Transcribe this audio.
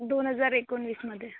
दोन हजार एकोणवीसमध्ये